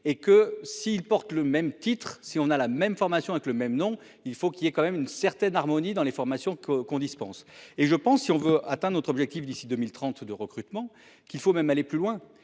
et que s'il porte le même titre si on a la même formation avec le même nom. Il faut qu'il y ait quand même une certaine harmonie dans les formations que qu'on dispense et je pense, si on veut atteint notre objectif d'ici 2030 de recrutement qu'il faut même aller plus loin